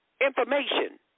information